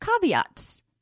caveats